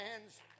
hands